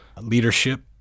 leadership